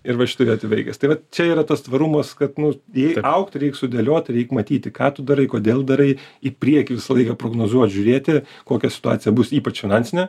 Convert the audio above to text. ir va šitoj vietoj baigias tai va čia yra tas tvarumas kad nu jei augt reik sudėliot reik matyti ką tu darai kodėl darai į priekį visą laiką prognozuot žiūrėti kokia situacija bus ypač finansinė